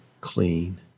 clean